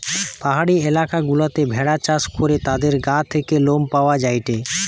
পাহাড়ি এলাকা গুলাতে ভেড়া চাষ করে তাদের গা থেকে লোম পাওয়া যায়টে